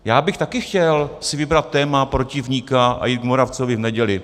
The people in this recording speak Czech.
Já bych si taky chtěl vybrat téma, protivníka a jít k Moravcovi v neděli.